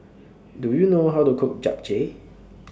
Do YOU know How to Cook Japchae